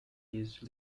these